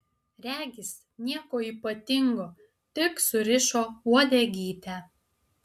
regis nieko ypatingo tik surišo uodegytę